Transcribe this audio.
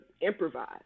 improvise